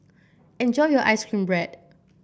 enjoy your ice cream bread